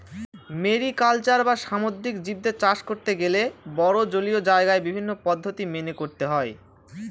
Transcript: mariculture বা সামুদ্রিক জীবদের চাষ করতে গেলে বড়ো জলীয় জায়গায় বিভিন্ন পদ্ধতি মেনে করতে হয়